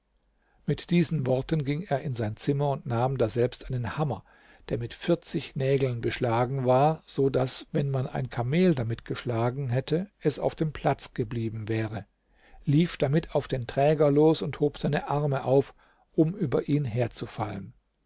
mit diesen worten ging er in sein zimmer und nahm daselbst einen hammer der mit vierzig nägeln beschlagen war so daß wenn man ein kamel damit geschlagen hätte es auf dem platz geblieben wäre lief damit auf den träger los und hob seine arme auf um über ihn herzufallen